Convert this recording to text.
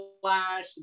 Flash